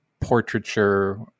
portraiture